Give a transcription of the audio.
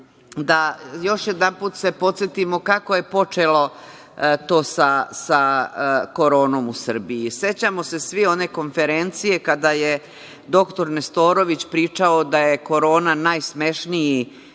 se još jedanput podsetimo kako je počelo to sa Koronom u Srbiji. Sećamo se svi one konferencije kada je dr Nestorović pričao da je Korona najsmešniji